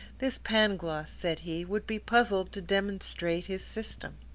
this pangloss, said he, would be puzzled to demonstrate his system.